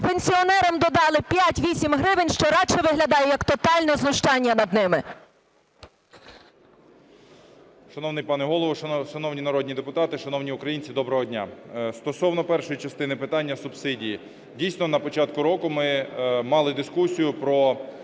пенсіонерам додали 5-8 гривень, що радше виглядає, як тотальне знущання над ними. 10:55:20 ШМИГАЛЬ Д.А. Шановний пане Голово! Шановні народні депутати! Шановні українці! Доброго дня! Стосовно першої частини питання – субсидії. Дійсно, на початку року ми мали дискусію про